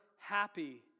happy